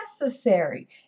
necessary